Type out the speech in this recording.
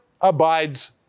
abides